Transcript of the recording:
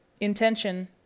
intention